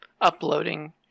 uploading